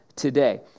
today